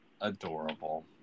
adorable